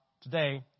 today